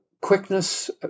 quickness